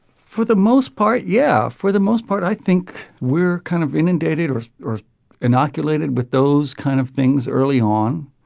for the most part yeah for the most part i think we're kind of inundated or or inoculated with those kind of things early on.